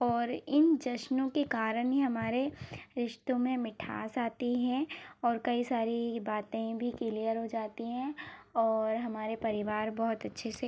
और इन जश्नों के कारण ही हमारे रिश्तों में मिठास आती हैं और कई सारी बातें भी क्लियर हो जाती हैं और हमारे परिवार बहुत अच्छे से